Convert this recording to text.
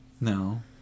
No